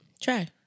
Try